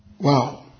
Wow